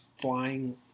flying